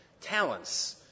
talents